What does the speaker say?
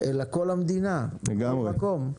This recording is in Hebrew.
אלא כל המדינה, בכל מקום.